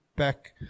back